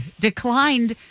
declined